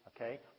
okay